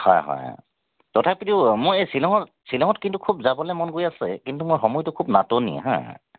হয় হয় তথাপিতো মই এই শ্বিলঙত শ্বিলঙত কিন্তু খুব যাবলৈ মন গৈ আছে কিন্তু মোৰ সময়টো খুব নাটনি হা